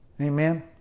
Amen